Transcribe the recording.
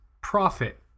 profit